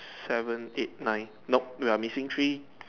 seven eight nine nope we are missing three